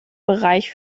bereich